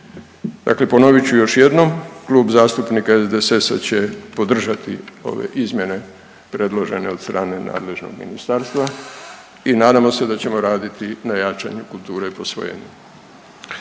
Dakle ponovit ću još jednom, Klub zastupnika SDSS-a će podržati ove izmjene predložene od strane nadležnog ministarstva i nadamo se da ćemo raditi na jačanju kulture posvojenja.